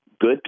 good